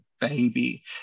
baby